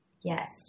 Yes